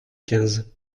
quinze